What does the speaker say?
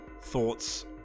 thoughts